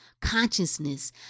consciousness